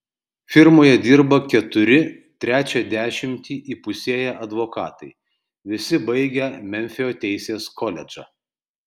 firmoje dirba keturi trečią dešimtį įpusėję advokatai visi baigę memfio teisės koledžą